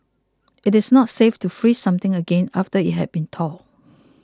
it is not safe to freeze something again after it had been thawed